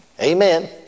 Amen